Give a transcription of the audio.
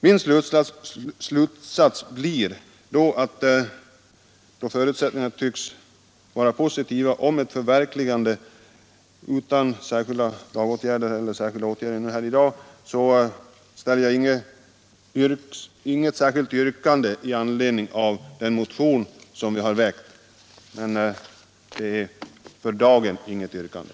Min slutsats blir då, att förutsättningarna för ett förverkligande av motionskravet är så goda att jag för dagen avstår från något särskilt yrkande i anledning av den motion som vi här har väckt.